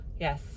yes